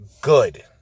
good